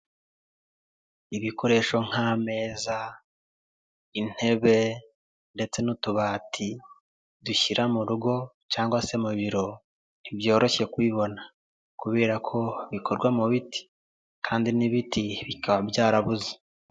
Ibikoresho nk'ameza, intebe ndetse n'utubati dushyira mu rugo cyangwa se mu biro, ntibyoroshye kubibona kubera ko bikorwa mu biti kandi n'ibiti bikaba byarabuze.